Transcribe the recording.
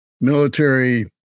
military